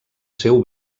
seu